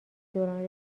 دوران